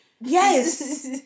Yes